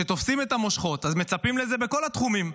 כשתופסים את המושכות, אז מצפים לזה בכל התחומים.